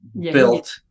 built